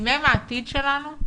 אם הם העתיד שלנו,